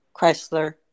Chrysler